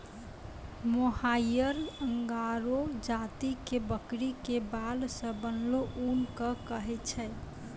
मोहायिर Angora जाति के बकरी के बाल सॅ बनलो ऊन कॅ कहै छै